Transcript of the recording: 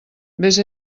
vés